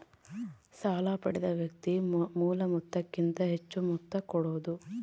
ಸಾಲ ಪಡೆದ ವ್ಯಕ್ತಿ ಮೂಲ ಮೊತ್ತಕ್ಕಿಂತ ಹೆಚ್ಹು ಮೊತ್ತ ಕೊಡೋದು